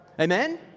Amen